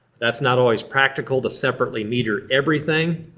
that's not always practical to separately meter everything.